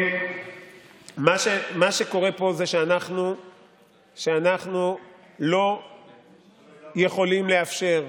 מה שקורה פה זה שאנחנו לא יכולים לאפשר,